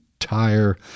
entire